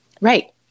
right